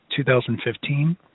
2015